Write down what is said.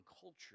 culture